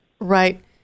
Right